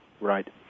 Right